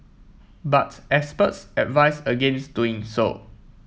but experts advise against doing so